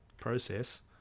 process